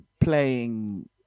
playing